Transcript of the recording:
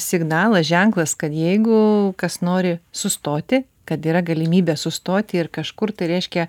na ne signalas ženklas kad jeigu kas nori sustoti kad yra galimybė sustoti ir kažkur tai reiškia